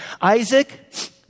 Isaac